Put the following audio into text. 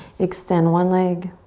extend one leg.